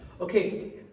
Okay